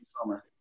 summer